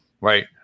Right